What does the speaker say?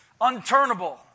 unturnable